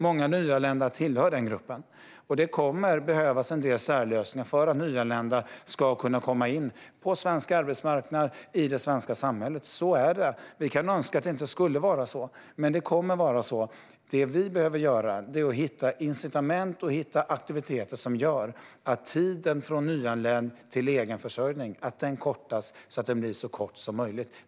Många nyanlända tillhör den gruppen, och det kommer att behövas en del särlösningar för att nyanlända ska kunna komma in på svensk arbetsmarknad och i det svenska samhället. Så är det. Vi kan önska att det inte skulle vara så, men det kommer att vara så. Det vi behöver göra är att hitta incitament och aktiviteter som gör att tiden från nyanländ till egenförsörjning kortas så att den blir så kort som möjligt.